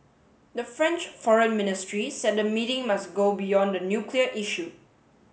the French Foreign Ministry said the meeting must go beyond the nuclear issue